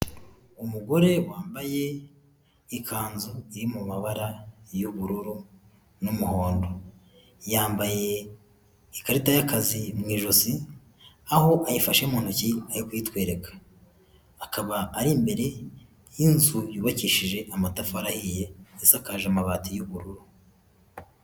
Umugore wambaye ikanzu iri mu mabara y'ubururu n'umuhondo, yambaye ikarita y'akazi mu ijosi aho ayifashe mu ntoki ari kuyitwereka, akaba ari imbere y'inzu yubakishije amatafari ahiye isakaje amabati y'ubururu.